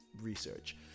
research